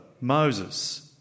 Moses